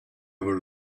were